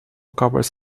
covers